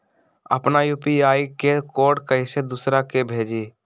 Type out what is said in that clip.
अपना यू.पी.आई के कोड कईसे दूसरा के भेजी?